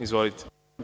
Izvolite.